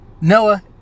Noah